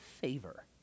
favor